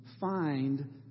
find